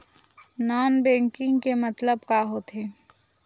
Non banking के मतलब का होथे?